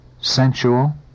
sensual